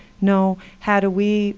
no, how do we